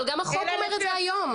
גם החוק אומר את זה היום.